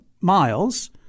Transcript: Miles